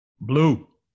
Blue